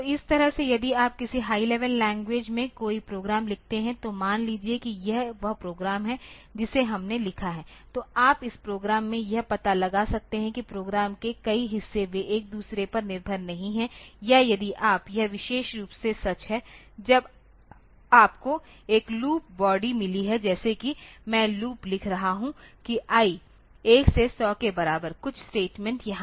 तो इस तरह से यदि आप किसी हाई लेवल लैंग्वेज में कोई प्रोग्राम लिखते हैं तो मान लीजिए कि यह वह प्रोग्राम है जिसे हमने लिखा है तो आप इस प्रोग्राम में यह पता लगा सकते हैं कि प्रोग्राम के कई हिस्से वे एक दूसरे पर निर्भर नहीं हैं या यदि आप यह विशेष रूप से सच है जब आपको एक लूप बॉडी मिली है जैसे कि मैं लूप लिख रहा हूँ कि i1 से 100 के बराबर कुछ स्टेटमेंट यहाँ है